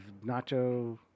nacho